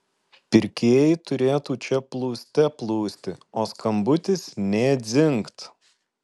pirkėjai turėtų čia plūste plūsti o skambutis nė dzingt